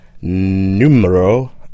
numero